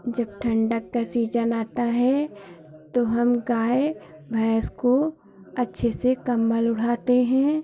जब ठंडक का सीज़न आता है तो हम गाय भैंस को अच्छे से कंबल ओढ़ाते हैं